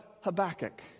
Habakkuk